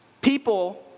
people